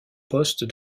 poste